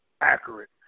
accurate